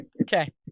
Okay